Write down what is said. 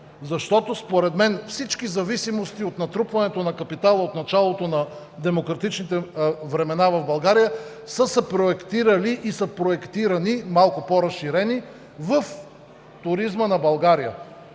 защото според мен всички зависимости от натрупването на капитала от началото на демократичните времена в България са се проектирали и са проектирани малко по-разширени в туризма на България.